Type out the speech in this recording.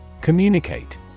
Communicate